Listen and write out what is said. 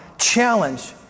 Challenge